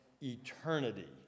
eternity